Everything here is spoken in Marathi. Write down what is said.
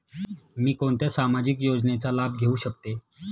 मी कोणत्या सामाजिक योजनेचा लाभ घेऊ शकते?